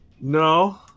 No